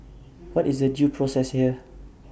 what is the due process here